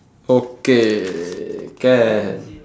okay can